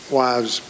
wives